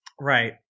right